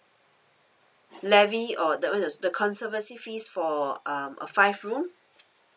levy or the the conservancy fees for um a five room